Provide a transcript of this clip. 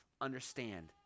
understand